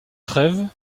trêve